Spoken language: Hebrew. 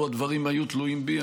לו הדברים היו תלויים בי,